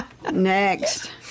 Next